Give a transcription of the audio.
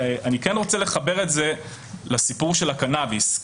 אני רוצה לחבר את זה לסיפור של הקנאביס,